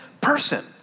person